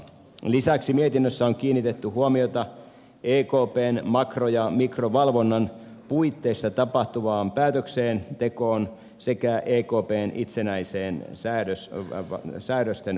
lisäksi mietinnössä on kiinnitetty huomiota ekpn makro ja mikrovalvonnan puitteissa tapahtuvaan päätöksentekoon sekä ekpn itsenäiseen säädöstenvalvontavaltaan